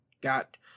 got